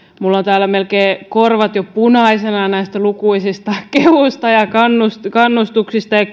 minulla on täällä melkein korvat jo punaisina näistä lukuisista kehuista ja kannustuksista ja